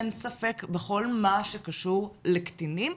אין ספק בכל מה שקשור לקטינים,